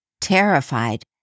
Terrified